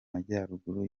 majyaruguru